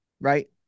right